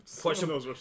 question